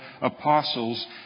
apostles